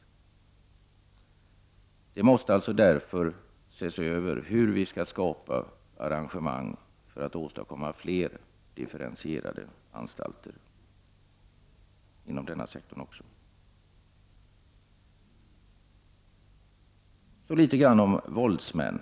Därför måste vi alltså se över hur vi skall åstadkomma fler differentierade anstalter också inom denna sektor. Så litet om våldtäktsmän.